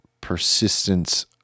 persistence